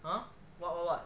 !huh! what what what